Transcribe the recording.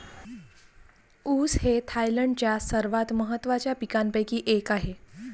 ऊस हे थायलंडच्या सर्वात महत्त्वाच्या पिकांपैकी एक आहे